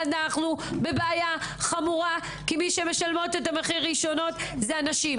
אנחנו בבעיה חמורה כי מי שמשלמות את המחיר ראשונות הן הנשים.